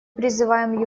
призываем